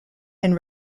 and